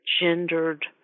gendered